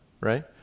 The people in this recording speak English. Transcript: right